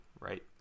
right